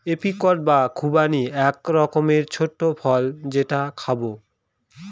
apricot বা খুবানি এক রকমের ছোট্ট ফল যেটা খাবো